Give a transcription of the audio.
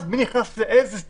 מי נכנס לאיזה צבע,